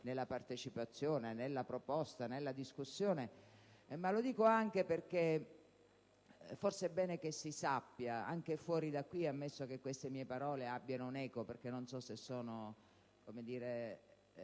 né la partecipazione, né la proposta, né la discussione; ma lo dico anche perché forse è bene che si sappia anche fuori da qui - ammesso che queste mie parole abbiano un'eco, perché non so se c'è la